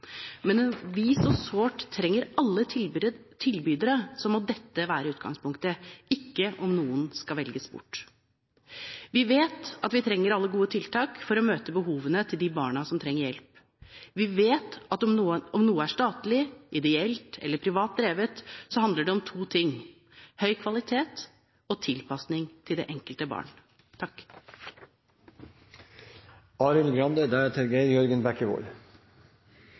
men når vi så sårt trenger alle tilbydere, må dette være utgangspunktet, ikke om noen skal velges bort. Vi vet at vi trenger alle gode tiltak for å møte behovene til de barna som trenger hjelp. Vi vet at om noe er statlig, ideelt eller privat drevet, handler det om to ting: høy kvalitet og tilpasning til det enkelte barn.